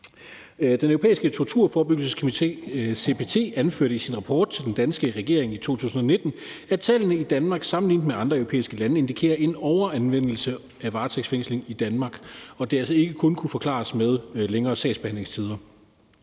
Den Europæiske Torturforebyggelseskomité, CPT, anførte i sin rapport til den danske regering i 2019, at tallene i Danmark sammenlignet med andre europæiske lande indikerer en overanvendelse af varetægtsfængsling i Danmark, og at det altså ikke kun kan forklares med længere sagsbehandlingstider.